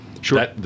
sure